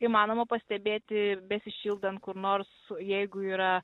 įmanoma pastebėti besišildant kur nors jeigu yra